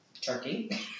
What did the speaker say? turkey